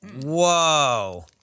Whoa